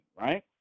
right